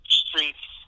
streets